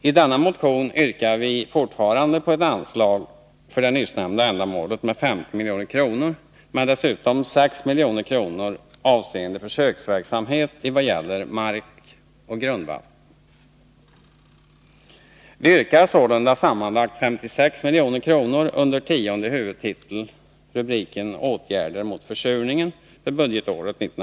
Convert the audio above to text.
I denna motion yrkar vi fortfarande på ett anslag för det nyssnämnda ändamålet med 50 milj.kr., men dessutom på 6 milj.kr. avseende försöksverksamhet i vad gäller mark och grundvatten. Vi yrkar sålunda att sammantaget 56 milj.kr. skall anvisas på tionde huvudtiteln, Åtgärder mot försurningen, för budgetåret 1982/83.